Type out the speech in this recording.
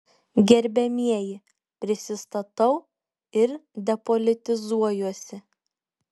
gerbiamieji prisistatau ir depolitizuojuosi